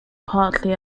partly